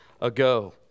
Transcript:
ago